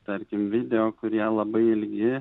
tarkim video kurie labai ilgi